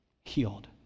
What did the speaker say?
Healed